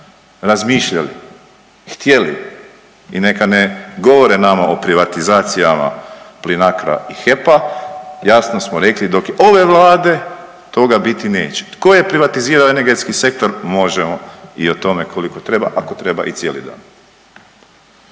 razmišljali, htjeli i neka ne govore nama o privatizacijama Plinacroa i HEP-a, jasno smo rekli dok je ove Vlade toga biti neće. Tko je privatizirao energetski sektor može i o tome koliko treba, ako treba i cijeli dan.